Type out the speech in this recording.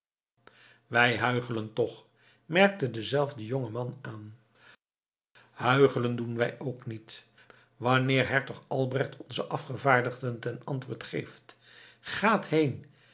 wij huichelen toch merkte dezelfde jonge man aan huichelen doen wij ook niet wanneer hertog albrecht onzen afgevaardigden ten antwoord geeft gaat heen